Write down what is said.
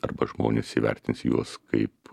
arba žmonės įvertins juos kaip